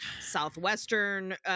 southwestern